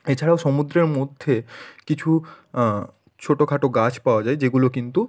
এছাড়াও সমুদ্রের মধ্যে কিছু ছোটো খাটো গাছ পাওয়া যায় যেগুলো কিন্তু